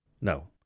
No